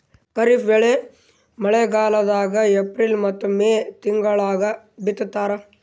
ಖಾರಿಫ್ ಬೆಳಿ ಮಳಿಗಾಲದಾಗ ಏಪ್ರಿಲ್ ಮತ್ತು ಮೇ ತಿಂಗಳಾಗ ಬಿತ್ತತಾರ